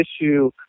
issue